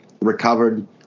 recovered